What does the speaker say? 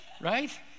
Right